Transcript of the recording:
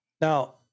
now